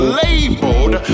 labeled